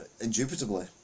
Indubitably